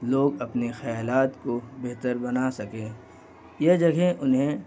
لوگ اپنے خیالات کو بہتر بنا سکیں یہ جگہ انہیں